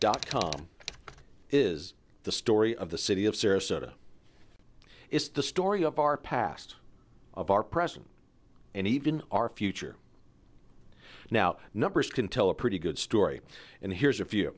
dot com is the story of the city of sarasota it's the story of our past of our present and even our future now numbers can tell a pretty good story and here's a